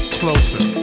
closer